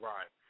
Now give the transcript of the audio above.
Right